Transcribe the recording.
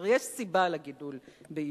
סיבות לגידול באי-שוויון: